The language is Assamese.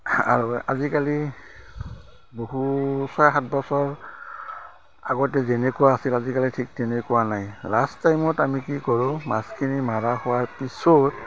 আৰু আজিকালি বহু ছয় সাত বছৰ আগতে যেনেকুৱা আছিল আজিকালি ঠিক তেনেকুৱা নাই লাষ্ট টাইমত আমি কি কৰোঁ মাছখিনি মাৰা হোৱাৰ পিছত